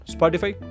Spotify